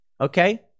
Okay